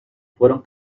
fueron